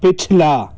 पिछला